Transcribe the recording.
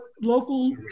local